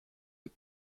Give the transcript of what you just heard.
eux